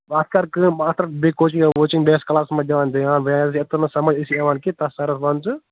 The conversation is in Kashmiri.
اتھ کَر کٲم اتھ رَٹ بییٛہِ کوچِنٛگ ووچِنٛگ بییٛہِ آس کَلاسس منٛز دھیان دِوان بییٛہِ ٲسۍزِ یَتیٚتھ نہٕ سَمج آسی یِوان کیٚنٛہہ تتھ سَرس وَن ژٕ